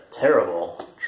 terrible